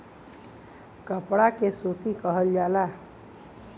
कपड़ा के सूती कहल जाला